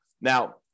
Now